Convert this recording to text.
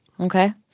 okay